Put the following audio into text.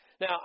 now